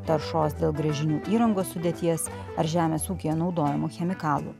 taršos dėl gręžinių įrangos sudėties ar žemės ūkyje naudojamų chemikalų